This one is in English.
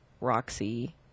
Roxy